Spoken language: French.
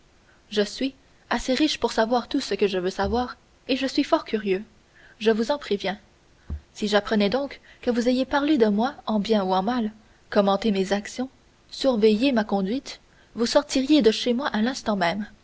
je suis assez riche pour savoir tout ce que je veux savoir et je suis fort curieux je vous en préviens si j'apprenais donc que vous ayez parlé de moi en bien ou en mal commenté mes actions surveillé ma conduite vous sortiriez de chez moi à l'instant même